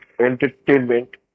entertainment